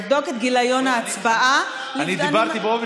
לבדוק את גיליון ההצבעה אני דיברתי באופן